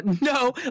No